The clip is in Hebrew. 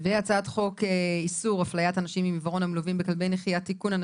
והצעת חוק איסור הפליית אנשים עם עיוורון המלווים בכלבי נחייה (תיקון